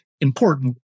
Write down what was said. important